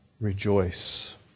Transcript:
rejoice